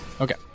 Okay